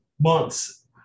months